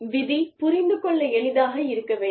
விதி புரிந்துகொள்ள எளிதாக இருக்க வேண்டும்